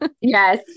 Yes